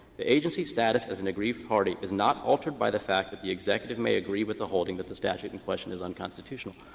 the agency's status as an aggrieved party is not altered by the fact that the executive may agree with the holding that the statute in question is unconstitutional.